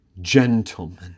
gentlemen